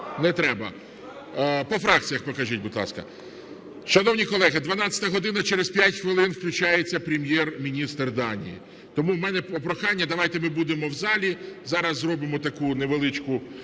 Не треба. По фракціях покажіть, будь ласка. Шановні колеги, 12-а година. Через п'ять хвилин включається Прем'єр-міністр Данії. Тому в мене прохання, давайте ми будемо в залі, зараз зробимо таку невеличку